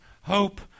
hope